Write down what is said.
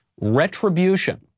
retribution